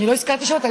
לא הזכרתי שמות.